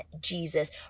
Jesus